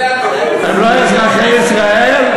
הם לא אזרחי ישראל?